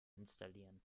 installieren